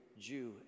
Jew